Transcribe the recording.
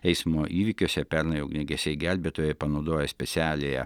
eismo įvykiuose pernai ugniagesiai gelbėtojai panaudoję specialiąją